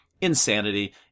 insanity